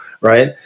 right